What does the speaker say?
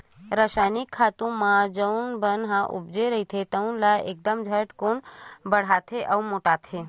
रसायनिक खातू म जउन बन उपजे रहिथे तउन ह एकदम झटकून बाड़थे अउ मोटाथे